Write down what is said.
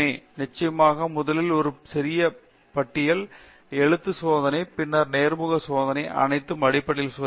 நிச்சயமாக முதலில் ஒரு சிறிய பட்டியல் எழுதத்து சோதனை பின்னர் நேர்முக சோதனை அனைத்தும் அடிப்படைகளை சோதிக்க மட்டுமே